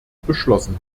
beschlossen